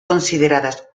consideradas